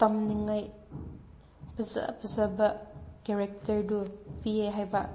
ꯇꯝꯅꯤꯡꯉꯥꯏ ꯐꯖ ꯐꯖꯕ ꯀꯦꯔꯦꯛꯇꯔꯗꯨ ꯄꯤꯌꯦ ꯍꯥꯏꯕ